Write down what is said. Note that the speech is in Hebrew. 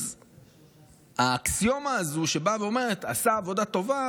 אז האקסיומה הזו שבאה ואומרת: עשה עבודה טובה,